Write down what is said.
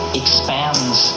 expands